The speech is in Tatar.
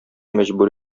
мәҗбүр